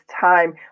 time